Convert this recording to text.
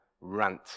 rant